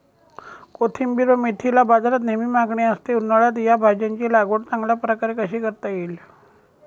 कोथिंबिर व मेथीला बाजारात नेहमी मागणी असते, उन्हाळ्यात या भाज्यांची लागवड चांगल्या प्रकारे कशी करता येईल?